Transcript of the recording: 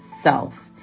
self